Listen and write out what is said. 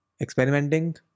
experimenting